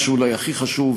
מה שאולי הכי חשוב,